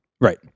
Right